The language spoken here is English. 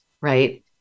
Right